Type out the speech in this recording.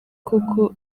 koko